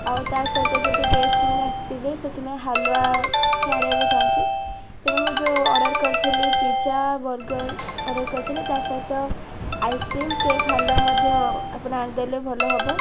ଆଉ ତା ସହିତ ଯେହେତୁ ଗେଷ୍ଟମାନେ ଆସିବେ ସେଥିପାଇଁ ହାଲୁଆ କିଛି ଆଣିବାକୁ ଚାହୁଁଛି ତେଣୁ ମୁଁ ଯେଉଁ ଅର୍ଡ଼ର କରିଥିଲି ପିଜ୍ଜା ବର୍ଗର ଅର୍ଡ଼ର କରିଥିଲି ତା ସହିତ ଆଇସ୍କ୍ରିମ୍ କେକ୍ ହାଲୁଆ ମଧ୍ୟ ଆପଣ ଆଣିଦେଲେ ଭଲ ହେବ